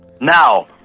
Now